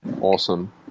Awesome